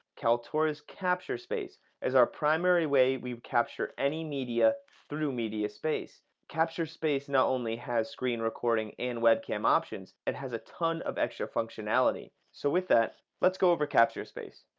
kaltura's capturespace is our primary way we capture any media through media space. capturespace not only has screen recording and webcam options, it has a ton of extra functionality so with that let's go over capturespace.